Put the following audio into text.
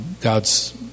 God's